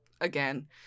again